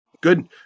Good